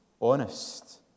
honest